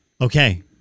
Okay